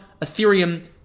Ethereum